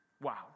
Wow